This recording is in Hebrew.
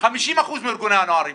50% מארגוני הנוער ייפלו.